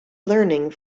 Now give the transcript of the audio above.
learning